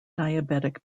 diabetic